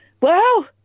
wow